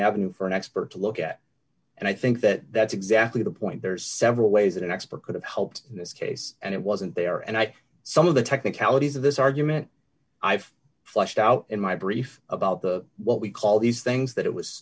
avenue for an expert to look at and i think that that's exactly the point there's several ways that an expert could have helped in this case and it wasn't there and i think some of the technicalities of this argument i've fleshed out in my brief about the what we call these things that it was